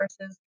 versus